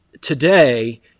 today